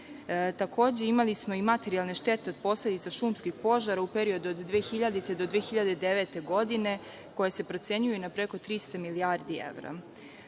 evra. Imali smo i materijalne štete od posledica šumskih požara u periodu od 2000. do 2009. godine koje se procenjuju na preko 300 milijardi evra. Što